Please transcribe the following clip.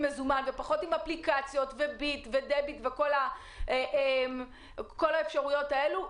מזומן ופחות עם אפליקציות וביט ודביט וכל האפשרויות האלה.